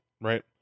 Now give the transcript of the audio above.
right